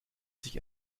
sich